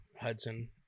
Hudson